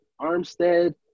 Armstead